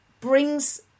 brings